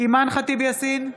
אימאן ח'טיב יאסין,